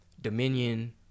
Dominion